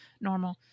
normal